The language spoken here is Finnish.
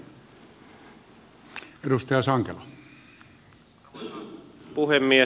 arvoisa puhemies